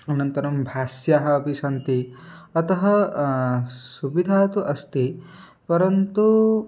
अनन्तरं भाष्यानि अपि सन्ति अतः सुविधा तु अस्ति परन्तु